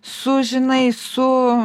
sužinai su